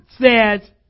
says